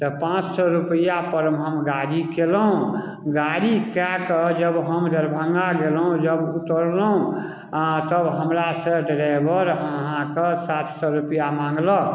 तऽ पाँच सए रुपैआ पर मे हम गाड़ी केलहुॅं गाड़ी कए कऽ जब हम दरभङ्गा गेलहुॅं जब उतरलहुॅं आ तब हमरा सँ ड्राइवर अहाँके सात सए रुपैआ माँगलक